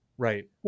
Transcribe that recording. right